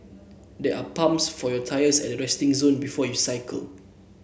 there are pumps for your tyres at the resting zone before you cycle